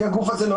כי הגוף הזה,